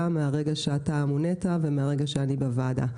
מהרגע שאתה מונית ומהרגע שאני בוועדה.